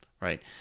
right